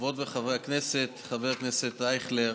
חברות וחברי הכנסת, חבר הכנסת אייכלר,